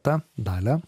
ta dalia